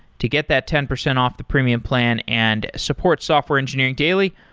to get that ten percent off the premium plan and support software engineering daily,